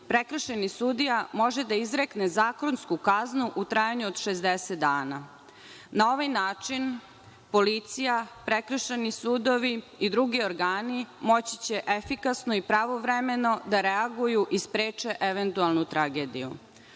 prekršajni sudija može da izrekne zakonsku kaznu u trajanju od 60 dana. Na ovaj način policija, prekršajni sudovi i drugi organi moći će efikasno i pravovremeno da reaguju i spreče eventualnu tragediju.